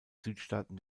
südstaaten